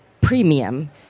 premium